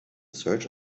search